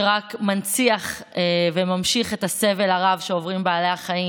שרק מנציח את הסבל הרב שעוברים בעלי החיים